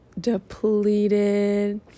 depleted